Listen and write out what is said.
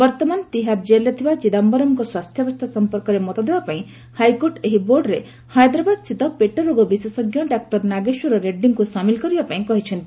ବର୍ତ୍ତମାନ ତିହାର ଜେଲ୍ରେ ଥିବା ଚିଦାୟରମ୍ଙ୍କ ସ୍ୱାସ୍ଥ୍ୟାବସ୍ଥା ସମ୍ପର୍କରେ ମତ ଦେବାପାଇଁ ହାଇକୋର୍ଟ ଏହି ବୋର୍ଡ଼ରେ ହାଇଦ୍ରାବାଦ ସ୍ଥିତ ପେଟରୋଗ ବିଶେଷଜ୍ଞ ଡାକ୍ତର ନାଗେଶ୍ୱର ରେଡ୍ଗୀଙ୍କୁ ସାମିଲ୍ କରିବାପାଇଁ କହିଛନ୍ତି